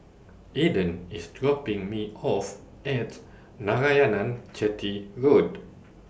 Ayden IS dropping Me off At Narayanan Chetty Road